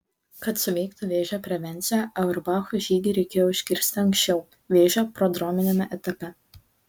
kad suveiktų vėžio prevencija auerbacho žygį reikėjo užkirsti anksčiau vėžio prodrominiame etape